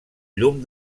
llum